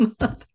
mother